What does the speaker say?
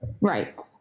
Right